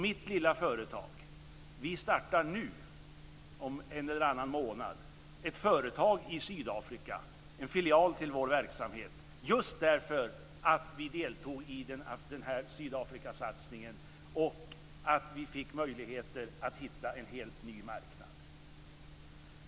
Mitt lilla företag startar om en eller annan månad ett företag i Sydafrika, en filial till vår verksamhet, just därför att vi deltog i Sydafrikasatsningen och fick möjligheter att hitta en helt ny marknad.